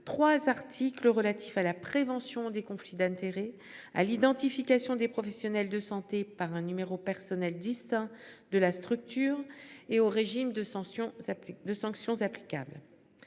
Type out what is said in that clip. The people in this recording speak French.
Sénat 3 articles relatifs à la prévention des conflits d'intérêts à l'identification des professionnels de santé par un numéro personnel distant de la structure et au régime de sanctions s'appliquent